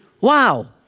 wow